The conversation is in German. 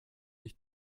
nicht